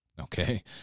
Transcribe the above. Okay